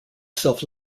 self